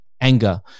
anger